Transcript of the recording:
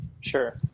sure